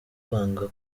kwanga